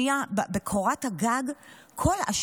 טיפלו בזה כראוי, אני חושבת שלא הקפידו על זה.